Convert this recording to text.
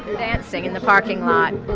dancing in the parking lot.